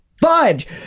Fudge